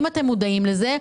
האם אתם מודעים לזה?